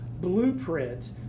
blueprint